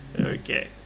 okay